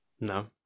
No